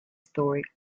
story